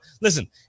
Listen